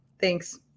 Thanks